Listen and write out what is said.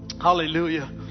Hallelujah